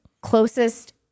closest